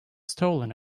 stolen